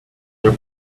the